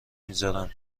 میذارم